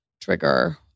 trigger